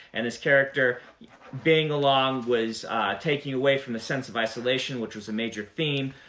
and this character being along was taking away from the sense of isolation, which was a major theme